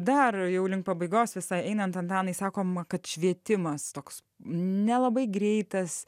dar jau link pabaigos visai einant antanai sakoma kad švietimas toks nelabai greitas